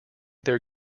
their